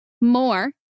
more